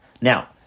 Now